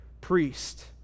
priest